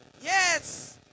Yes